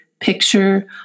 picture